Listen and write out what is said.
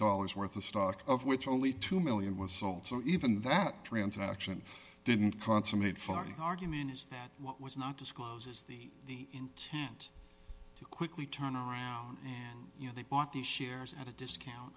dollars worth of stock of which only two million was sold so even that transaction didn't consummate far argument is that what was not disclosed is the intent to quickly turn around you know they bought these shares at a discount